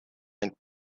and